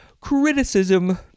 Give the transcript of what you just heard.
criticism